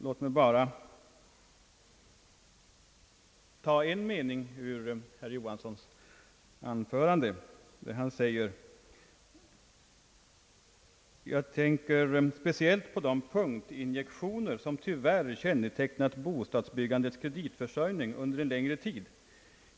Låt mig bara återge ett par meningar ur herr Johanssons anförande, där det heter: »Jag tänker då alldeles speciellt på de punktinjektioner som tyvärr kännetecknat bostadsbyggandets kreditförsörjning under en längre tid.